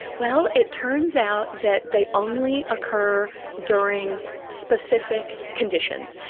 well, it turns out that they only occur during specific conditions,